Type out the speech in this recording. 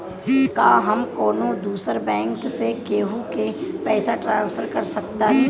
का हम कौनो दूसर बैंक से केहू के पैसा ट्रांसफर कर सकतानी?